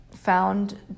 found